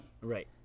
Right